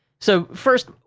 so, first,